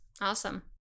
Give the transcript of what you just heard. Awesome